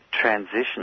transition